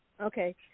Okay